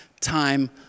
time